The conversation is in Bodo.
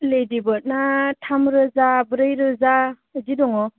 लेदिबार्दा थाम रोजा ब्रै रोजा बिदि दङ